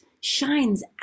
shines